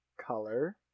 Color